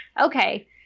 Okay